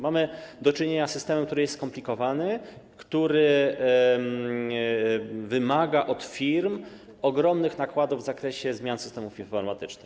Mamy do czynienia z systemem, który jest skomplikowany, który wymaga od firm ogromnych nakładów w zakresie zmian systemów informatycznych.